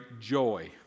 joy